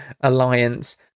Alliance